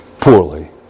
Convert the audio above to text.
poorly